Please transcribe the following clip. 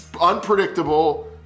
unpredictable